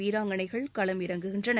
வீராங்கணைகள் களம் இறங்குகின்றனர்